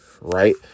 right